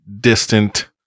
distant